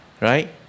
Right